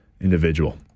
individual